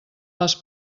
les